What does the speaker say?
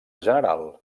general